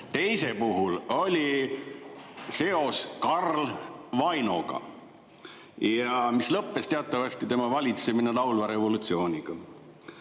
Teise puhul oli seos Karl Vainoga ja lõppes teatavasti tema valitsemine laulva revolutsiooniga.